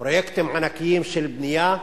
בפרויקטים ענקיים של בנייה,